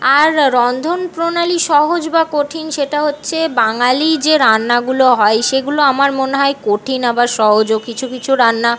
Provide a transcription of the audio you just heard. আর রন্ধন প্রণালী সহজ বা কঠিন সেটা হচ্ছে বাঙালি যে রান্নাগুলো হয় সেগুলো আমার মনে হয় কঠিন আবার সহজও কিছু কিছু রান্না